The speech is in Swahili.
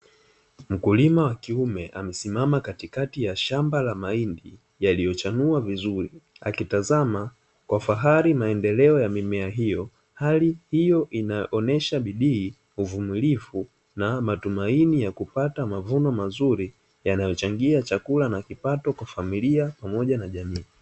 Mkulima wa kiume amesimama katikati ya shamba la mahindi yaliyochanua vizuri, akitazama kwa fahari maendeleo ya mimea hiyo, hali hiyo inaonesha bidii uvumilivu na matumaini ya kupata mavuno mazuri yanayochangia chakula na kipato kwa familia pamoja na jamii.